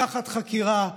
תחת חקירה.